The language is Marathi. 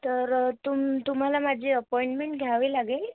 तर तुम तुम्हाला माझी अपॉइंटमेंट घ्यावी लागेल